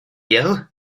you